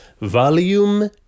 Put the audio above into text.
Volume